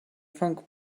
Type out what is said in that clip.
funk